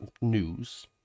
news